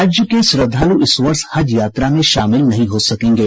राज्य के श्रद्धालु इस वर्ष हज यात्रा में शामिल नहीं हो सकेंगे